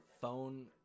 phone